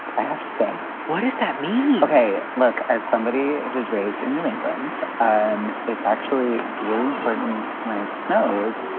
i have to say. what does that mean? hey, look, as somebody who was raised in new england. um it's actually really important when it snows.